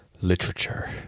literature